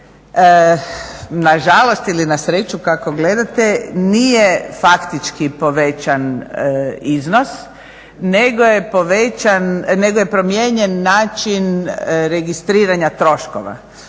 nažalost ili nasreću kako gledate nije faktički povećan iznos nego je povećan, nego je promijenjen način registriranja troškova,